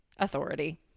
Authority